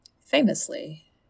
Famously